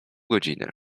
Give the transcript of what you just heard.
godziny